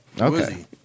Okay